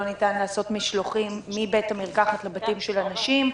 ניתן לעשות משלוחים מבית המרקחת לבתים של אנשים,